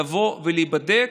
לבוא ולהיבדק.